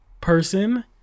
person